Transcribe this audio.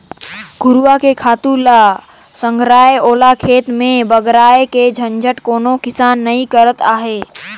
घुरूवा के खातू ल संघराय ओला खेत में बगराय के झंझट कोनो किसान नइ करत अंहे